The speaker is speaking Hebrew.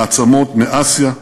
מעצמות מאסיה,